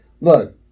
Look